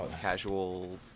Casual